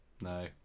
No